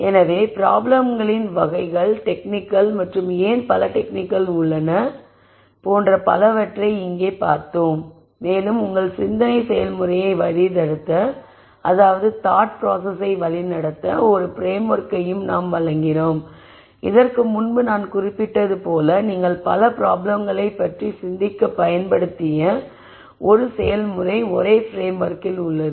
எனவே ப்ராப்ளம்களின் வகைகள் டெக்னிக்கள் மற்றும் ஏன் பல டெக்னிக்கள் உள்ளன போன்ற பலவற்றைப் பார்த்தோம் மேலும் உங்கள் சிந்தனை செயல்முறையை வழிநடத்த ஒரு பிரேம்ஓர்க்கையும் நாம் வழங்கினோம் இதற்கு முன்பு நான் குறிப்பிட்டது போல் நீங்கள் பல ப்ராப்ளம்களைப் பற்றி சிந்திக்கப் பயன்படுத்தக்கூடிய ஒரு செயல்முறை ஒரே பிரேம்ஓர்க்கில் உள்ளது